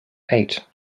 eight